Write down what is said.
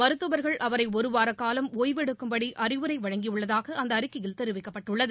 மருத்துவர்கள் அவரை ஒரு வார காலம் ஒய்வெடுக்கும்படி அறிவுரை வழங்கியுள்ளதாக அந்த அறிக்கையில் தெரிவிக்கப்பட்டுள்ளது